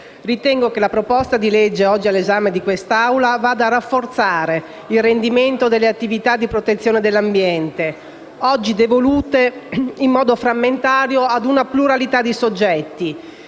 ritengo che la proposta di legge all'esame dell'Assemblea vada a rafforzare il rendimento delle attività di protezione dell'ambiente, oggi devolute in modo frammentario a una pluralità di soggetti,